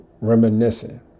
reminiscing